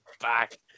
back